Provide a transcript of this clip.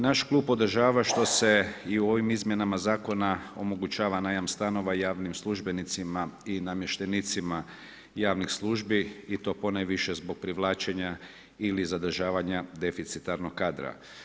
Naš klub podržava, što se i u ovim izmjenama zakona omogućava najam stanova i javnim službenicima i namještenicima javnih službi i to ponajviše zbog privlačenja ili zadržavanja deficitarnog kadra.